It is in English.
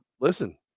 listen